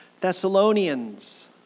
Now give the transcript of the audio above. Thessalonians